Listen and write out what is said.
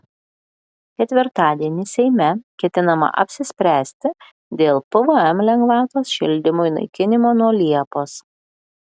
ketvirtadienį seime ketinama apsispręsti dėl pvm lengvatos šildymui naikinimo nuo liepos